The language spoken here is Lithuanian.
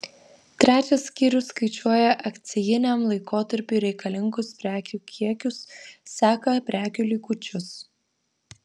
trečias skyrius skaičiuoja akcijiniam laikotarpiui reikalingus prekių kiekius seka prekių likučius